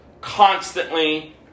constantly